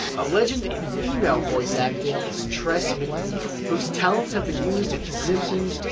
a legend in female voice acting is tress macneille, whose talents have been used in the simpsons,